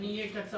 אני אהיה קצר.